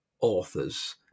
authors